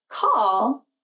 call